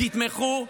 תתמכו.